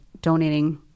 donating